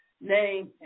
name